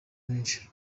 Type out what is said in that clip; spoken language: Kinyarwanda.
menshi